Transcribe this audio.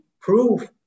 prove